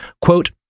Quote